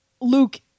Luke